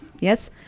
Yes